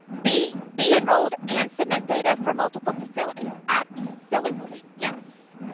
be be enrolled and submit data for multiple facilities? absolutely, yes.